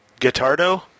Guitardo